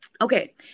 Okay